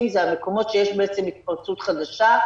אלה המקומות שיש בעצם התפרצות חדשה,